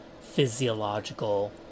physiological